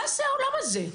מה זה העולם הזה?